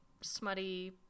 smutty